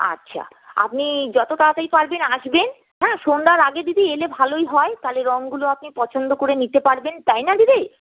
আচ্ছা আপনি যত তাড়াতাড়ি পারবেন আসবেন হ্যাঁ সন্ধ্যার আগে দিদি এলে ভালোই হয় তাহলে রঙগুলো আপনি পছন্দ করে নিতে পারবেন তাই না দিদি